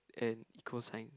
and eco science